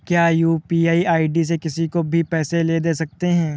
क्या UPI ID से किसी से भी पैसे ले दे सकते हैं?